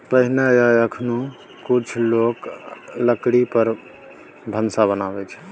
पहिने आ एखनहुँ कुछ लोक लकड़ी पर भानस बनबै छै